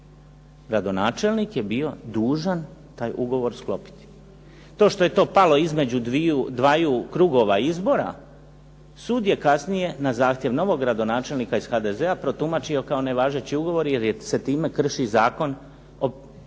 gradonačelnik je bio dužan taj ugovor sklopiti. To što je to palo između dvaju krugova izbora sud je kasnije na zahtjev novog gradonačelnika iz HDZ-a protumačio kao nevažeći ugovor jer se time krši Zakon o